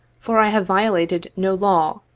for i have violated no law,